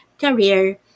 career